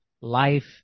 life